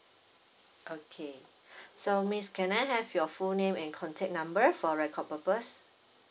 okay so miss can I have your full name and contact number for record purpose